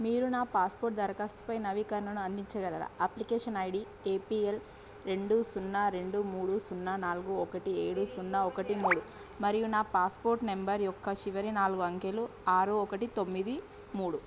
మీరు నా పాస్పోర్ట్ దరఖాస్తుపై నవీకరణను అందించగలరా అప్లికేషన్ ఐడి ఏపిఎల్ రెండు సున్నా రెండు మూడు సున్నా నాలుగు ఒకటి ఏడు సున్నా ఒకటి మూడు మరియు నా పాస్పోర్ట్ నంబర్ యొక్క చివరి నాలుగు అంకెలు ఆరు ఒకటి తొమ్మిది మూడు